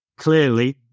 Clearly